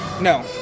No